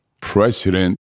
president